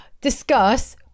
discuss